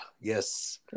yes